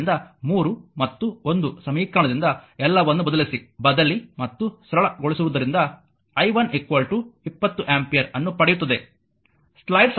ಆದ್ದರಿಂದ 3 ಮತ್ತು 1 ಸಮೀಕರಣದಿಂದ ಎಲ್ಲವನ್ನು ಬದಲಿಸಿ ಬದಲಿ ಮತ್ತು ಸರಳಗೊಳಿಸುವುದರಿಂದ i 1 20 ಆಂಪಿಯರ್ ಅನ್ನು ಪಡೆಯುತ್ತದೆ